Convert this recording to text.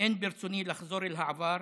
אין ברצוני לחזור אל העבר.